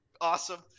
Awesome